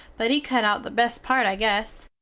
but he cut out the best part i guess.